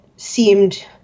Seemed